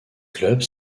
clubs